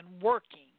working